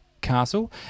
castle